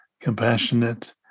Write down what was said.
compassionate